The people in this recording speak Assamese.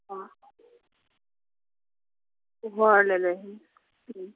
অঁ পোহৰলৈ লৈ আহিম